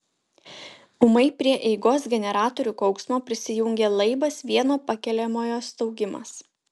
ūmai prie eigos generatorių kauksmo prisijungė laibas vieno pakeliamojo staugimas